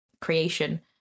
creation